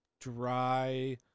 dry